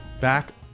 Back